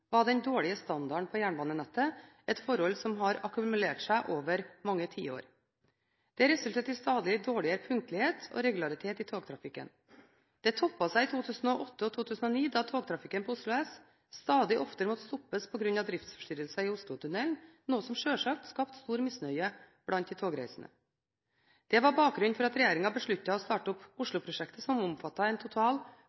var den dårlige standarden på jernbanenettet – et forhold som har akkumulert seg over mange tiår. Det resulterte i stadig dårligere punktlighet og regularitet i togtrafikken. Det toppet seg i 2008 og 2009 da togtrafikken på Oslo S stadig oftere måtte stoppes på grunn av driftsforstyrrelser i Oslotunnelen, noe som sjølsagt skapte stor misnøye blant de togreisende. Det var bakgrunnen for at regjeringen besluttet å starte opp